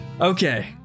Okay